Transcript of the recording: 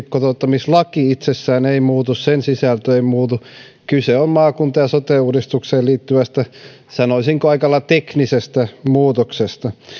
kotouttamislaki itsessään ei muutu sen sisältö ei muutu kyse on maakunta ja sote uudistukseen liittyvästä sanoisinko aika lailla teknisestä muutoksesta